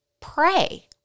pray